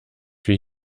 wie